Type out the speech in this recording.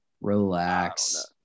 Relax